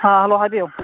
ꯍꯥ ꯍꯜꯂꯣ ꯍꯥꯏꯕꯤꯌꯨ